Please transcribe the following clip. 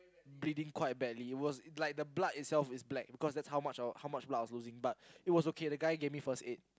bleeding quite badly it was like the blood itself is black because that's how much how much blood I was losing but it was okay the guy gave me first aid